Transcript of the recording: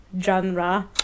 genre